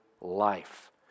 life